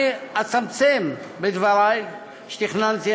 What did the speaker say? אני אצמצם בדבריי שתכננתי,